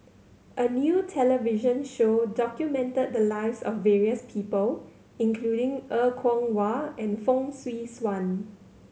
a new television show documented the lives of various people including Er Kwong Wah and Fong Swee Suan